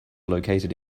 located